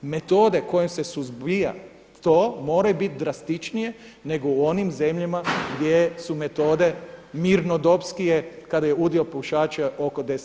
Metode kojim se suzbija to mora biti drastičnije nego u onim zemljama gdje su metode mirnodobskije kada je udio pušača oko 10%